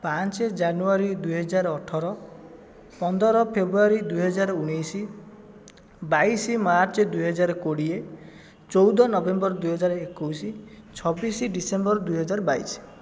ପାଞ୍ଚ ଜାନୁଆରୀ ଦୁଇହଜାର ଅଠର ପନ୍ଦର ଫେବୃୟାରୀ ଦୁଇହଜାର ଉଣେଇଶ ବାଇଶ ମାର୍ଚ୍ଚ ଦୁଇହଜାର କୋଡ଼ିଏ ଚଉଦ ନଭେମ୍ବର ଦୁଇହଜାର ଏକୋଇଶ ଛବିଶ ଡିସେମ୍ବର ଦୁଇହଜାର ବାଇଶ